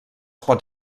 pot